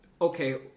okay